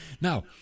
Now